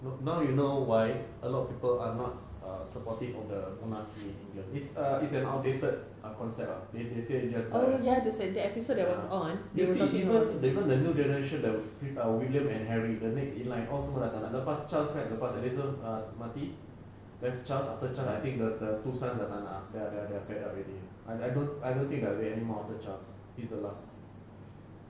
now you know why a lot of people are not supportive of the monarchy it's err it's err outdated concept ah they say they say just you see people even the new generation err william and harry the next in line all semua sudah tak nak lepas charles kan lepas edison err mati left charles after charles I think they are fed up already I don't I don't think they will be anymore after charles he's the last